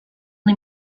una